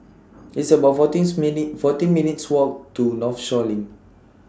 It's about fourteen fourteen minutes' Walk to Northshore LINK